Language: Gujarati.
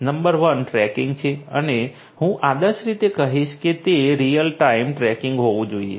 નંબર 1 ટ્રેકિંગ છે અને હું આદર્શ રીતે કહીશ કે તે રીઅલ ટાઇમ ટ્રેકિંગ હોવું જોઈએ